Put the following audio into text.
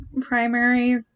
primary